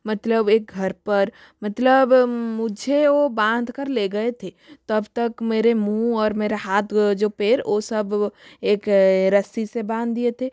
मतलब एक घर पर मतलब मुझे वो बांध कर ले गए थे तब तक मेरे मुँह और मेरा हाथ जो पैर वो सब एक रस्सी से बांध दिए थे